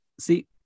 See